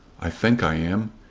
i think i am.